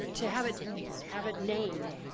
to have it have it named,